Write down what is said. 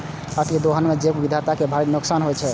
अतिदोहन सं जैव विविधता कें भारी नुकसान होइ छै